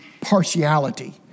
partiality